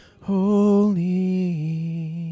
holy